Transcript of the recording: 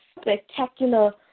spectacular